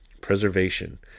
preservation